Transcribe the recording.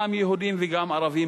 גם יהודים וגם ערבים,